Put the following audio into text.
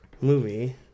movie